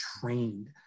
trained